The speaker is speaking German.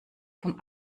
vom